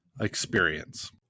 experience